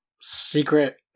secret